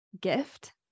gift